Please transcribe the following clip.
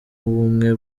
w’ubumwe